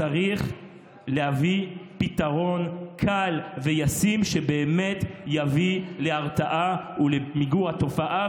צריך להביא פתרון קל וישים שבאמת יביא להרתעה ולמיגור התופעה,